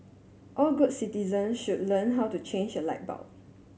all good citizens should learn how to change a light bulb